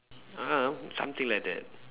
ah something like that